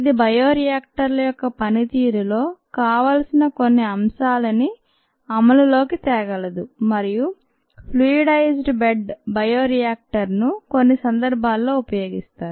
ఇది బయో రియాక్టర్ల యొక్క పనితీరులో కావాలసిన కొన్ని అంశాలని అమలులోకి తేగలదు మరియు ఫ్లూయిడైజ్డ్ బెడ్ బయోరియాక్టర్ను కొన్ని సందర్భాల్లో ఉపయోగిస్తారు